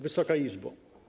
Wysoka Izbo!